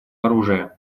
оружия